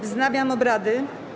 Wznawiam obrady.